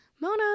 Mona